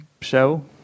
show